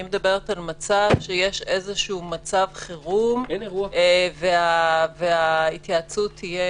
אני מדברת על מצב שיש איזשהו מצב חירום וההתייעצות אולי תהיה